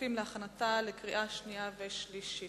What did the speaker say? הכספים להכנה לקריאה שנייה ושלישית.